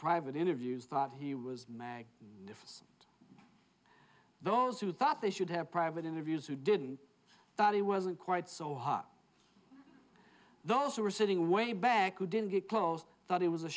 private interviews thought he was mag those who thought they should have private interviews who didn't that it wasn't quite so hard those who were sitting way back who didn't get close thought it was a